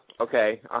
Okay